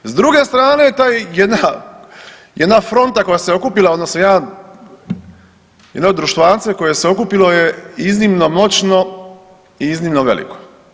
S druge strane, ta jedna fronta koja se okupila odnosno ja, jedno društvance koje se okupilo je iznimno moćno i iznimno veliko.